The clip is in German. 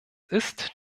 ist